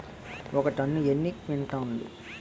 ఒక టన్ను ఎన్ని క్వింటాల్లు?